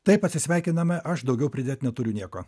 taip atsisveikiname aš daugiau pridėt neturiu nieko